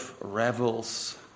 revels